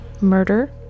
murder